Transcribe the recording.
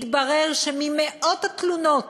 התברר שממאות התלונות